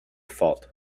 fault